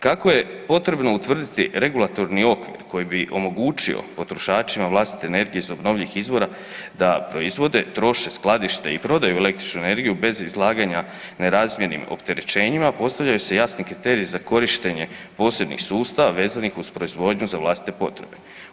Kako je potrebno utvrditi regulatorni okvir koji bi omogućio potrošačima vlastite energije iz obnovljivih izvora da proizvode, troše i skladište i prodaju elektroničnu energiju bez izlaganja nerazmjernim opterećenjima, postavljaju se jasni kriteriji za korištenje posebnih sustava vezanih za proizvodnju za vlastite potrebe.